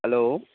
hello